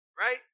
right